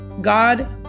God